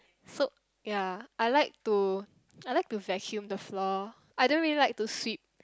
so ya I like to I like to vacuum the floor I don't really like to sweep